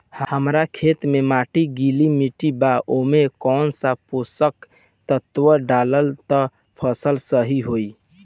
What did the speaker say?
हमार खेत के माटी गीली मिट्टी बा ओमे कौन सा पोशक तत्व डालम त फसल सही होई?